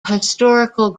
historical